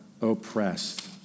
oppressed